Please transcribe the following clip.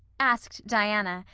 asked diana,